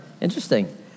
interesting